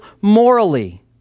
morally